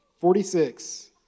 Forty-six